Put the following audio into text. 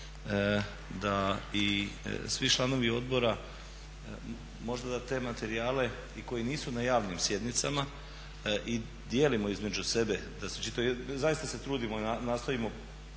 da i svi članovi odbora možda da te materijale i koji nisu na javnim sjednicama i dijelimo između sebe, zaista se trudimo, nastojimo